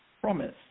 promise